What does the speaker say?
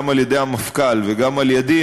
גם על-ידי המפכ"ל וגם על-ידי,